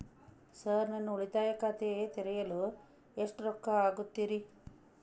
Sir ಉಳಿತಾಯ ಖಾತೆ ತೆರೆಯಲು ಎಷ್ಟು ರೊಕ್ಕಾ ಆಗುತ್ತೇರಿ?